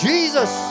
Jesus